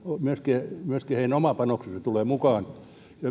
myöskin heidän oma panoksensa tulee mukaan